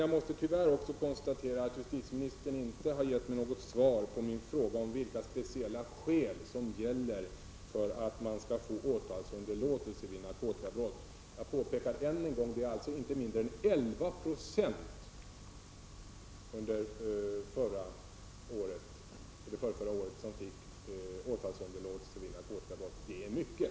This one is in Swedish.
Jag måste tyvärr också konstatera att justitieministern inte har gett något svar på min fråga om vilka speciella skäl som gäller för att man skall få åtalsunderlåtelse vid narkotikabrott. Jag påpekar än en gång att det under år 1987 var inte mindre än 11 70 som fick åtalsunderlåtelse vid narkotikabrott, och det är mycket.